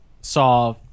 saw